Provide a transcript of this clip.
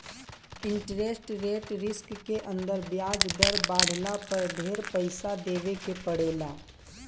interest rate risk के अंदर ब्याज दर बाढ़ला पर ढेर पइसा देवे के पड़ेला